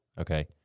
Okay